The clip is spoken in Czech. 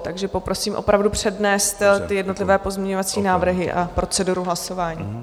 Takže poprosím opravdu přednést ty jednotlivé pozměňovací návrhy a proceduru hlasování.